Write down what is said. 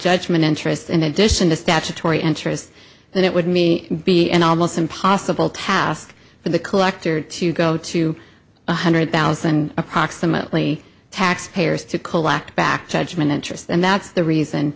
judgement interest in addition to statutory interest then it would me be an almost impossible task for the collector to go to one hundred thousand approximately taxpayers to collect back judgment interest and that's the